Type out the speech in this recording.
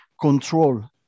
control